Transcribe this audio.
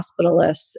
hospitalists